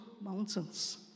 mountains